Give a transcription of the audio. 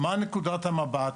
מה נקודת המבט,